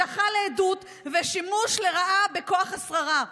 הדחה לעדות ושימוש לרעה בכוח השררה.